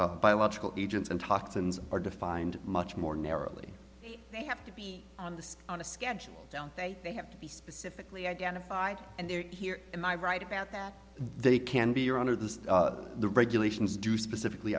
statute biological agents and toxins are defined much more narrowly they have to be on this on a schedule don't they they have to be specifically identified and they're here and i write about that they can be your own or the the regulations do specifically